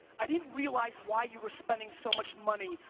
i didn't realize why you were spending so much money,